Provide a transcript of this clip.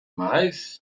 mais